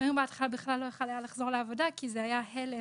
בהתחלה אמיר בכלל לא יכול היה לחזור לעבודה כי זה היה הלם.